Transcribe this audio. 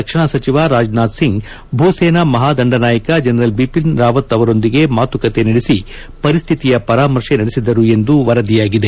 ರಕ್ಷಣಾ ಸಚಿವ ರಾಜನಾಥ್ ಸಿಂಗ್ ಭೂಸೇನಾ ಮಹಾದಂಡನಾಯಕ ಜನರಲ್ ಬಿಖಿನ್ ರಾವತ್ ಅವರೊಂದಿಗೆ ಮಾತುಕತೆ ನಡೆಸಿ ಪರಿಸ್ಲಿತಿಯ ಪರಾಮರ್ಶೆ ನಡೆಸಿದರು ಎಂದು ವರದಿಯಾಗಿದೆ